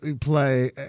play